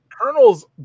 colonels